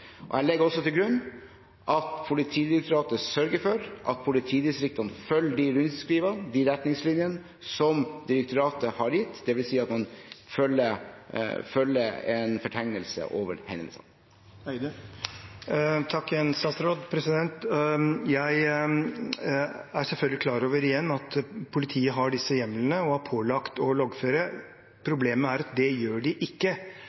Jeg legger også til grunn at Politidirektoratet sørger for at politidistriktene følger de rundskrivene, og de retningslinjene som direktoratet har gitt, dvs. at man fører en fortegnelse over hendelsene. Takk igjen til statsråden. Jeg er selvfølgelig klar over at politiet har disse hjemlene, og at de er pålagt å loggføre. Problemet er at det gjør de ikke.